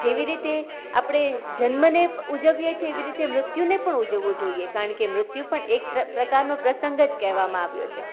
જેવી રીતે આપણે જન્મને ઉજવીએ છીએ એવી રીતે મૃત્યુને પણ ઉજવવો જોઈએ કારણ કે મૃત્યુ પણ એક પ્રકારનો પ્રસંગ જ કહેવામાં આવ્યો છે